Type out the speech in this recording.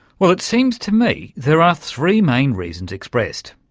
well, it seems to me there are three main reasons expressed.